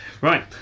Right